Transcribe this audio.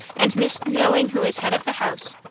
and missed knowing who was head of the house.